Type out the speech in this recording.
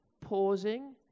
pausing